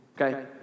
Okay